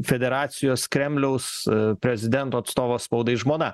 federacijos kremliaus prezidento atstovo spaudai žmona